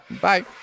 Bye